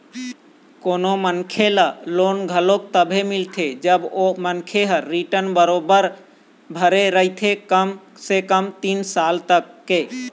कोनो मनखे ल लोन घलोक तभे मिलथे जब ओ मनखे ह रिर्टन बरोबर भरे रहिथे कम से कम तीन साल तक के